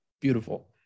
Beautiful